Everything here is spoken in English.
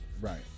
right